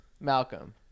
Malcolm